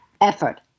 effort